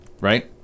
right